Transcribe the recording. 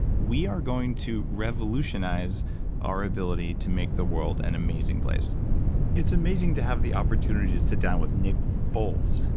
we are going to revolutionize our ability to make the world an and amazing place it's amazing to have the opportunity to sit down with nick foles.